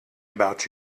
about